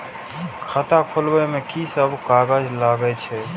खाता खोलब में की सब कागज लगे छै?